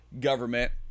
government